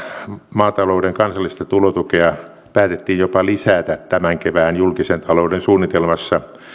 maatalouden kansallista tulotukea päätettiin jopa lisätä tämän kevään julkisen talouden suunnitelmassa